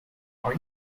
are